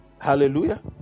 Hallelujah